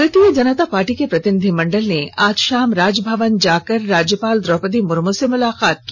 भारतीय जनता पार्टी के प्रतिनिधिमंडल ने आज शाम राजभवन जाकर राज्यपाल द्रौपदी मुर्मू से मुलाकात की